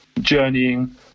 journeying